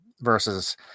versus